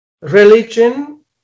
religion